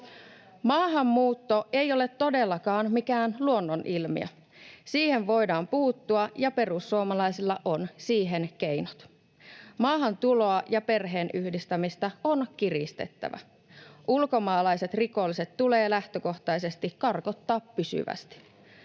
Maahanmuutto ei ole todellakaan mikään luonnonilmiö. Siihen voidaan puuttua, ja perussuomalaisilla on siihen keinot. Maahantuloa ja perheenyhdistämistä on kiristettävä. Ulkomaalaiset rikolliset tulee lähtökohtaisesti karkottaa pysyvästi.